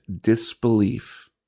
disbelief